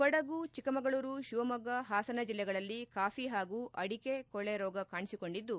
ಕೊಡಗು ಚಿಕ್ಕಮಗಳೂರು ಶಿವಮೊಗ್ಗ ಹಾಸನ ಜಿಲ್ಲೆಗಳಲ್ಲಿ ಕಾಫಿ ಹಾಗೂ ಅಡಿಕೆ ಕೊಳೆ ರೋಗ ಕಾಣಿಸಿಕೊಂಡಿದ್ದು